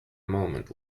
moment